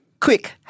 Quick